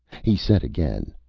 he said again,